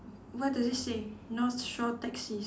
what does it say North Shore taxis